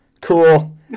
cool